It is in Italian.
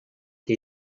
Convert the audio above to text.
che